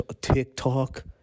TikTok